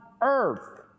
earth